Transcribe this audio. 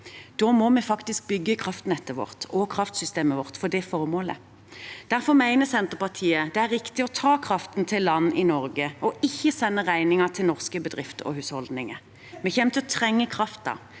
Da må vi faktisk bygge kraftnettet vårt og kraftsystemet vårt for det formålet. Derfor mener Senterpartiet det er riktig å ta kraften til land i Norge og ikke sende regningen til norske bedrifter og husholdninger. Vi kommer til å trenge kraften.